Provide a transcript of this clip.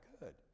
good